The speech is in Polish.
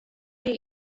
jej